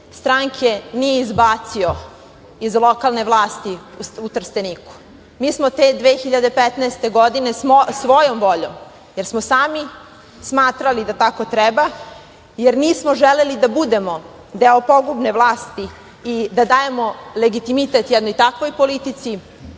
stranke nije izbacio iz lokalne vlasti u Trsteniku. Mi smo te 2015. godine svojom voljom, jer smo sami smatrali da tako treba, jer nismo želeli da budemo deo pogubne vlasti i da dajemo legitimitet jednoj takvoj politici,